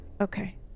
Okay